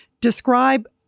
Describe